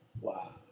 Wow